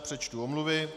Přečtu omluvy.